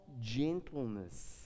gentleness